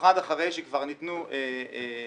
במיוחד אחרי שכבר ניתנו הטבות,